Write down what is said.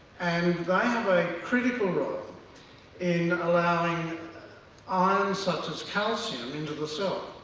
and they have a critical role in allowing ions such as calcium into the cells.